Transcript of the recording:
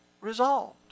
resolved